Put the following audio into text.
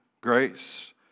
grace